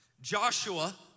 Joshua